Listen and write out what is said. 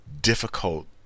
difficult